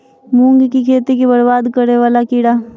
मूंग की खेती केँ बरबाद करे वला कीड़ा?